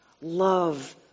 Love